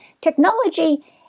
Technology